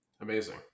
Amazing